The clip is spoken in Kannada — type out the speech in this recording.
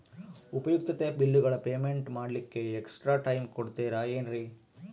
ಉಪಯುಕ್ತತೆ ಬಿಲ್ಲುಗಳ ಪೇಮೆಂಟ್ ಮಾಡ್ಲಿಕ್ಕೆ ಎಕ್ಸ್ಟ್ರಾ ಟೈಮ್ ಕೊಡ್ತೇರಾ ಏನ್ರಿ?